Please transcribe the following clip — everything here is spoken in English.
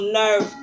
nerve